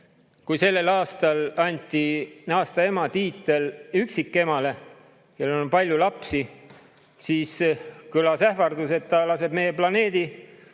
Kui sel aastal anti aasta ema tiitel üksikemale, kellel on palju lapsi, siis kõlas ähvardus, et ta laseb meie planeedil